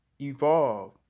evolve